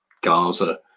Gaza